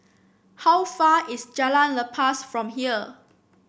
how far is Jalan Lepas from here